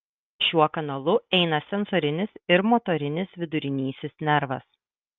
šiuo kanalu eina sensorinis ir motorinis vidurinysis nervas